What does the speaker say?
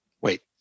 wait